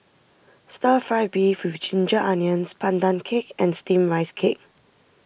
Stir Fry Beef with Ginger Onions Pandan Cake and Steamed Rice Cake